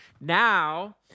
Now